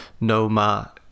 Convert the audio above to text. NOMA